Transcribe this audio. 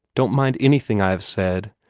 don't mind anything i have said.